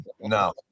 No